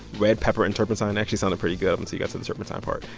red pepper and turpentine actually sounded pretty good up until you got to the turpentine part.